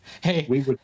Hey